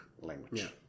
language